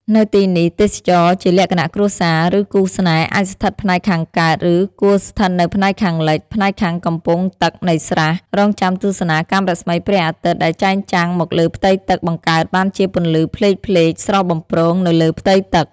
នៅទីនេះ ទេសចរជាលក្ខណៈគ្រួសារ ឬគូស្នេហ៍ អាចស្ថិតផ្នែកខាងកើត ឬ គួរស្ថិតនៅផ្នែកខាងលិច ផ្នែកខាងកំពង់ទឹកនៃស្រះ រង់ចាំទស្សនាកាំរស្មីព្រះអាទិត្យដែលចែងចាំងមកលើផ្ទៃទឹកបង្កើតបានជាពន្លឺផ្លេកៗស្រស់បំព្រងនៅលើផ្ទៃទឹក។